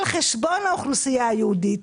על חשבון האוכלוסייה היהודית.